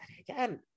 again